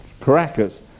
Caracas